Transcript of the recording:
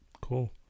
Cool